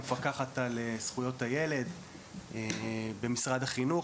המפקחת על זכויות הילד במשרד החינוך,